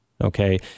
okay